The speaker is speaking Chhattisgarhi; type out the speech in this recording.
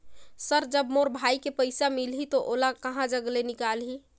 सर जब मोर भाई के पइसा मिलही तो ओला कहा जग ले निकालिही?